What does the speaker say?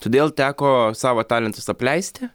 todėl teko savo talentus apleisti